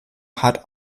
hat